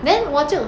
then 我就